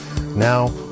now